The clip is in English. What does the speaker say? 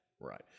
Right